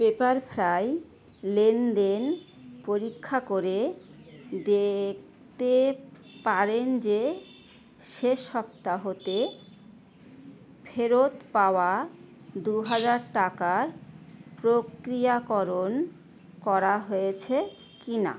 Pepperfry লেনদেন পরীক্ষা করে দেখতে পারেন যে শেষ সপ্তাহতে ফেরত পাওয়া দু হাজার টাকার প্রক্রিয়াকরণ করা হয়েছে কি না